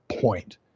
point